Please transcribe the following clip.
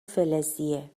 فلزیه